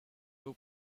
two